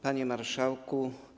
Panie Marszałku!